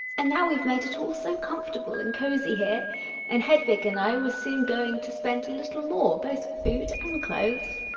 and now we've made it all so comfortable and cosy here and hedvig and i were soon going to spend a little more both for food and clothes.